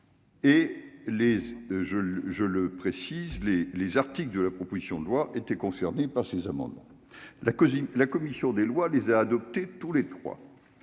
le je le précise les les articles de la proposition de loi étaient concernés par ces amendements, la cousine, la commission des lois, les a adopté tous les trois,